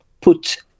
put